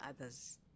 others